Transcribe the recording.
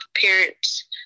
parents